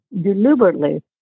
deliberately